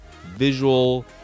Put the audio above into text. visual